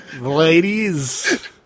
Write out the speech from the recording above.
ladies